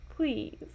Please